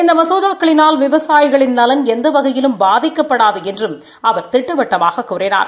இந்த மசோதாக்களினால் விவசாயிகள் நலன் எந்த வகையிலும் பாதிக்கப்படாது என்றும் அவா திட்டவட்டமாக கூறினார்